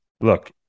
look